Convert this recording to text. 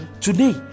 today